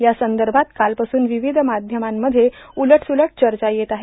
यासंदभात कालपासून र्वावध माध्यमांमध्ये उलटसुलट चचा येत आहे